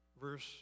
Verse